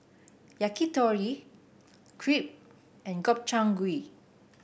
Yakitori Crepe and Gobchang Gui